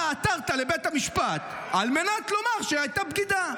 אתה עתרת לבית המשפט כדי לומר שהייתה בגידה.